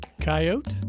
Coyote